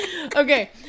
Okay